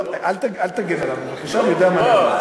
אל תגן עליו בבקשה, אני יודע מה אני אומר.